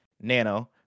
Nano